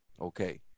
okay